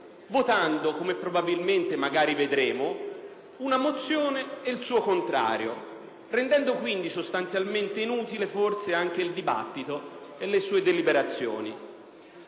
votando - come probabilmente magari vedremo - una mozione ed il suo contrario, rendendo quindi forse inutile anche il dibattito e le sue deliberazioni.